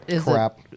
Crap